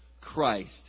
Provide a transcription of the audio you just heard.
Christ